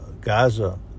Gaza